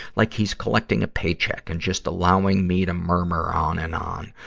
like he's collecting a paycheck and just allowing me to murmur on and on.